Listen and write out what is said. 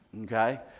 Okay